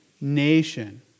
nation